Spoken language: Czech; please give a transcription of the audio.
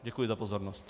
Děkuji za pozornost.